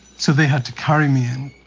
so they had to carry me in.